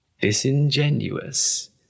Disingenuous